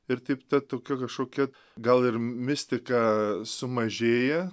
ir taip ta tokia kažkokia gal ir mistika sumažėja